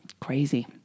Crazy